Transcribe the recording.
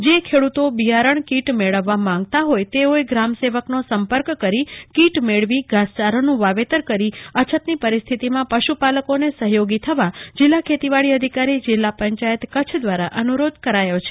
જે ખેડૂતો બીયારણ કીટ મેળવવા માંગતા હોય તેઓએ ગ્રામસેવકનો સંપર્ક કરી કીટ મેળવી ઘાસચારાનું વાવેતર કરી અછતની પરિસ્થિતિમાં પશુપાલકોને સહયોગી થવા જિલ્લા ખેતીવાડી અધિકારી જિલ્લા પંચાયત કચ્છ દ્વારા અનુરોધ કરાયો છે